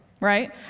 right